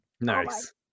Nice